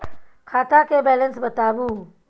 खाता के बैलेंस बताबू?